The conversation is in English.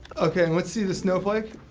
okay, and let's see the snowflake.